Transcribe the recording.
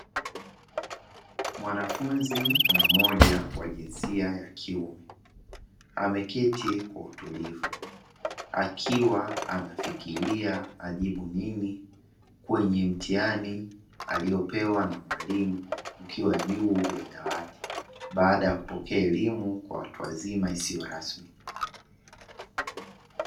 Mwanafunzi mmoja wa jinsia ya kiume, ameketi kwa utulivu akiwa anafikiria ajibu nini kwenye mtihani aliopewa na mwalimu ukiwa juu ya dawati, baada ya kupokea elimu kwa watu wazima isiyo rasmi.